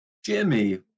Jimmy